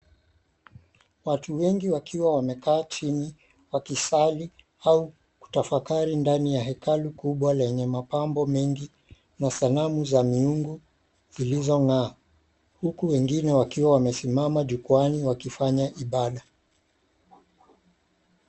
Watu wengi wakiwa wamekaa chini wakisali au kutafakari ndani ya hekalu kubwa lenye mapambo mengi na sanamu za miungu ilizong'aa. Huku wengine wakiwa wamesimama jukwaani wakifanya ibada